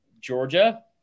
Georgia